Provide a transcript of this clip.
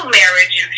marriage